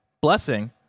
blessing